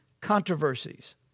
controversies